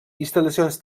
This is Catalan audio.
instal·lacions